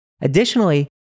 Additionally